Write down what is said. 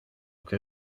que